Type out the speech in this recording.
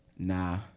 Nah